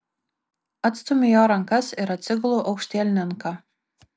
atstumiu jo rankas ir atsigulu aukštielninka